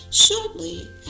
Shortly